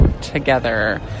together